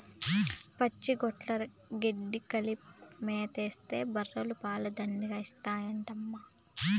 పచ్చిరొట్ట గెడ్డి కలిపి మేతేస్తే బర్రెలు పాలు దండిగా ఇత్తాయంటమ్మా